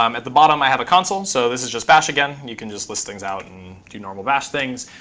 um at the bottom, i have a console, so this is just bash again. you can just list things out and do normal bash things.